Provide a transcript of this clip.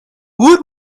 woot